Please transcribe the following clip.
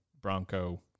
Bronco